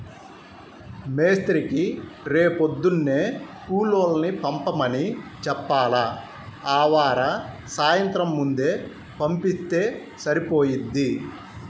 మేస్త్రీకి రేపొద్దున్నే కూలోళ్ళని పంపమని చెప్పాల, ఆవార సాయంత్రం ముందే పంపిత్తే సరిపోయిద్ది